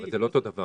אבל זה לא אותו דבר,